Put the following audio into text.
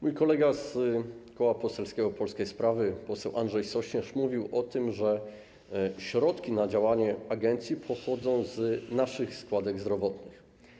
Mój kolega z Koła Poselskiego Polskie Sprawy poseł Andrzej Sośnierz mówił o tym, że środki na działanie agencji pochodzą z naszych składek zdrowotnych.